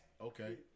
Okay